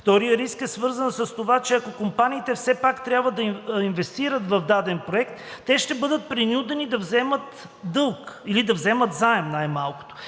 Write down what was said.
Вторият риск е свързан с това, че ако компаниите все пак трябва да инвестират в даден проект, те ще бъдат принудени да вземат дълг или да вземат заем най-малкото,